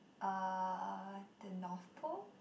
uh the North Pole